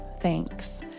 Thanks